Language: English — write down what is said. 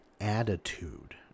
attitude